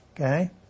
Okay